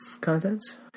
contents